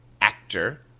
actor